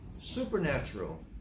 supernatural